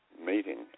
meeting